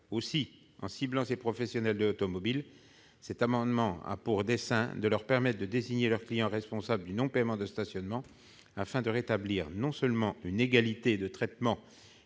Aussi, en ciblant les professionnels de l'automobile, cet amendement a pour dessein de leur permettre de désigner leurs clients responsables du non-paiement de stationnement, afin non seulement de rétablir une égalité de traitement